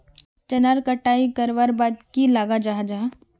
चनार कटाई करवार बाद की लगा जाहा जाहा?